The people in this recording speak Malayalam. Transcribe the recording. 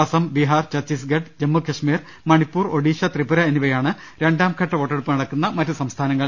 അസം ബീഹാർ ചത്തീസ്ഗഡ് ജമ്മുകശ്മീർ മണിപ്പൂർ ഒഡീ ഷ ത്രിപുര എന്നിവയാണ് രണ്ടാംഘട്ട വോട്ടെടുപ്പ് നടക്കുന്ന മറ്റ് സംസ്ഥാനങ്ങൾ